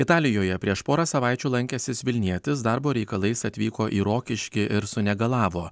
italijoje prieš porą savaičių lankęsis vilnietis darbo reikalais atvyko į rokiškį ir sunegalavo